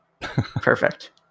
Perfect